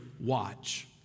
watch